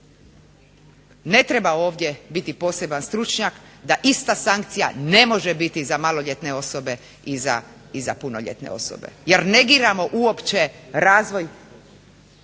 Ne treba ovdje biti poseban stručnjak da ista sankcija ne može biti za maloljetne osobe i za punoljetne osobe jer negiramo uopće razvoj